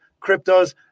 cryptos